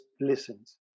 listens